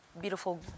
beautiful